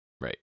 Right